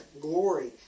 glory